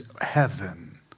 heaven